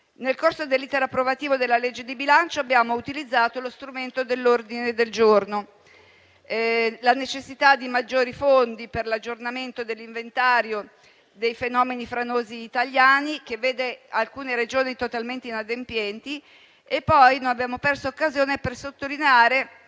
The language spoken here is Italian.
Nel corso dell'*iter* di approvazione della legge di bilancio abbiamo utilizzato lo strumento dell'ordine del giorno, sottolineando la necessità di maggiori fondi per l'aggiornamento dell'inventario dei fenomeni franosi italiani che vede alcune Regioni totalmente inadempienti. Inoltre, non abbiamo perso occasione per sottolineare